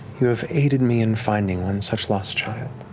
you have aided me in finding one such lost child.